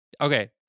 Okay